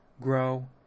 grow